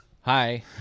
Hi